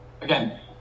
Again